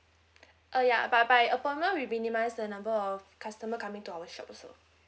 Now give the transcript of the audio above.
uh ya by by appointment we minimise the number of customer coming to our shop also